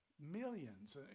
millions